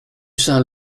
saint